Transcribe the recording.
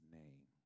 name